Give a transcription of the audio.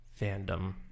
fandom